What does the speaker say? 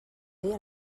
dia